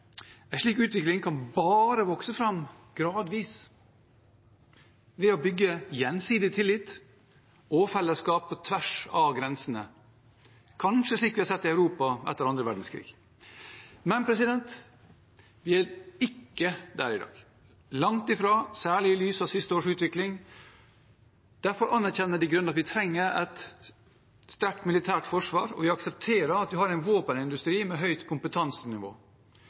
slik utvikling kan bare vokse fram gradvis ved å bygge gjensidig tillit og fellesskap på tvers av grensene, kanskje slik vi har sett i Europa etter andre verdenskrig. Men vi er ikke der i dag – langt ifra, særlig i lys av siste års utvikling. Derfor anerkjenner De Grønne at vi trenger et sterkt militært forsvar, og vi aksepterer at vi har en våpenindustri med høyt kompetansenivå.